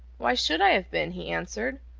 why should i have been? he answered.